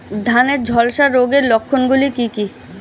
ধানের ঝলসা রোগের লক্ষণগুলি কি কি?